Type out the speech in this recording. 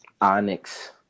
Onyx